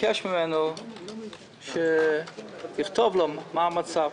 וביקש ממנו שיכתוב לו מה המצב.